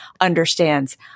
understands